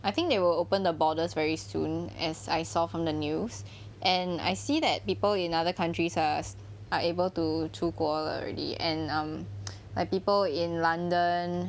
I think they will open the borders very soon as I saw from the news and I see that people in other countries us are able to 出国了 already and um like people in london